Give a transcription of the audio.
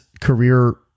career